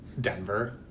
Denver